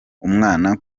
umwana